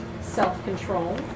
self-control